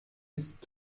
ist